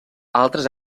altres